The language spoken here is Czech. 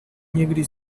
někdy